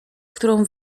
którą